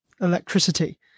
electricity